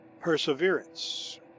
PERSEVERANCE